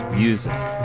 music